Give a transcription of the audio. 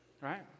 Right